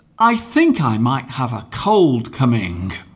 i think i might have a cold coming